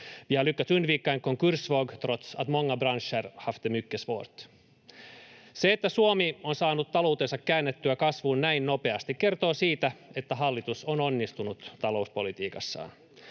har lyckats undvika en konkursvåg trots att många branscher haft det mycket svårt. Se, että Suomi on saanut taloutensa käännettyä kasvuun näin nopeasti, kertoo siitä, että hallitus on onnistunut talouspolitiikassaan.